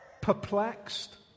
Perplexed